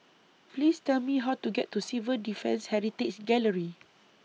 Please Tell Me How to get to Civil Defence Heritage Gallery